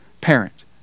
parent